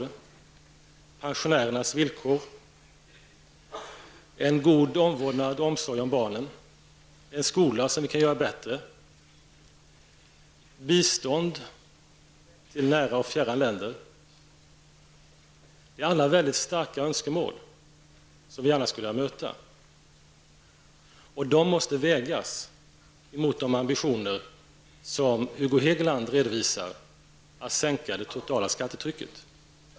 Det gäller också pensionärernas villkor, en god omvårdnad och omsorg om barnen, en skola som vi kan göra bättre, bistånd till nära och fjärran länder. Detta är mycket stora önskemål, som vi gärna skulle vilja möta. De måste vägas mot den ambition som Hugo Hegeland redovisar -- att sänka det totala skattetrycket.